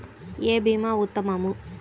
ఏ భీమా ఉత్తమము?